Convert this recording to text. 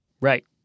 Right